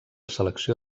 selecció